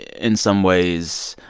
in some ways,